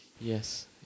Yes